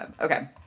Okay